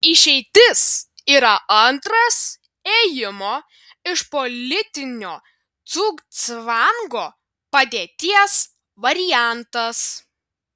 išeitis yra antras ėjimo iš politinio cugcvango padėties variantas